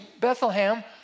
Bethlehem